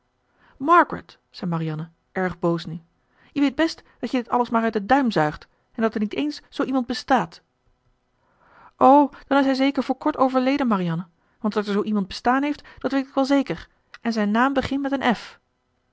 margaret zei marianne erg boos nu je weet best dat je dit alles maar uit den duim zuigt en dat er niet eens zoo iemand bestaat o dan is hij zeker voor kort overleden marianne want dat er zoo iemand bestaan hééft dat weet ik wel zeker en zijn naam begint met een f